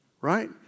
right